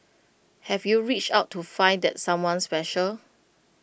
have you reached out to find that someone special